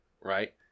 right